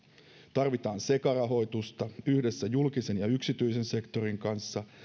tarvitaan sekarahoitusta yhdessä julkisen ja yksityisen sektorin kanssa